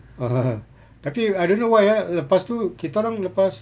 tapi I don't know why ah lepas tu kita orang lepas